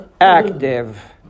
active